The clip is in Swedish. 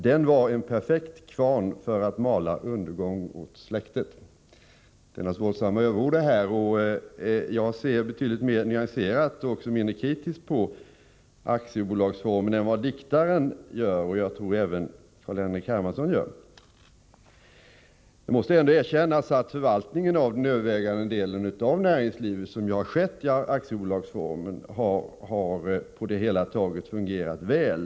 Den var en perfekt kvarn för att mala undergång åt släktet.” Det är naturligtvis våldsamma överord. Jag ser betydligt mera nyanserat och även mindre kritiskt på aktiebolagsformen än vad diktaren och, tror jag, även Carl-Henrik Hermansson gör. Det måste ändå erkännas att förvaltningen av den övervägande delen av näringslivet, som ju skett i aktiebolagsform, på det hela taget har fungerat väl.